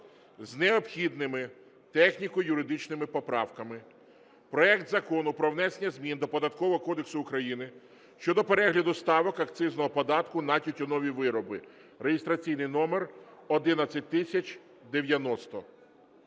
з необхідними техніко-юридичними поправками проект Закону про внесення змін до Податкового кодексу України щодо перегляду ставок акцизного податку на тютюнові вироби (реєстраційний номер 11090).